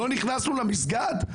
לא נכנסנו למסגד?